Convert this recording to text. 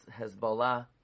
Hezbollah